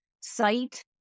sight